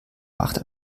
macht